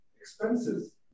expenses